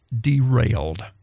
derailed